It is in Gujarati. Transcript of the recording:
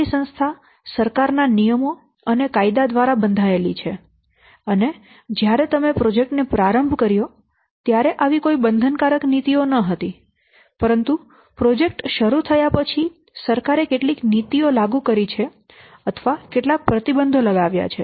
તમારી સંસ્થા સરકાર ના નિયમો અને કાયદા દ્વારા બંધાયેલી છે અને જ્યારે તમે પ્રોજેક્ટ ને પ્રારંભ કર્યો ત્યારે આવી કોઈ બંધનકારક નીતિઓ ન હતી પરંતુ પ્રોજેક્ટ શરૂ થયા પછી સરકારે કેટલીક નીતિઓ લાગુ કરી છે અથવા કેટલાક પ્રતિબંધો લાવ્યા છે